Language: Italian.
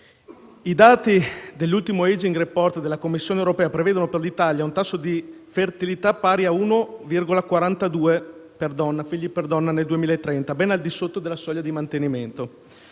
I dati dell'ultimo *aging report* della Commissione europea prevedono per l'Italia un tasso di fertilità pari a 1,42 figli per donna nel 2030, ben al di sotto della soglia di mantenimento.